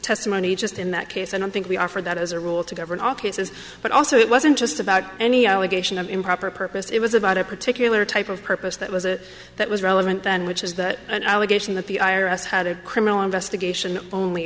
testimony just in that case and i think we offered that as a rule to govern all cases but also it wasn't just about any obligation of improper purpose it was about a particular type of purpose that was a that was relevant and which is that an allegation that the i r s had a criminal investigation only